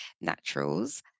Naturals